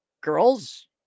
Girls